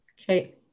Okay